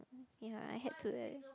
ya I had to like